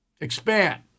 expand